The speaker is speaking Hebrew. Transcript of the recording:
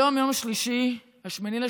היום, יום שלישי 8 במרץ,